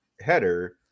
header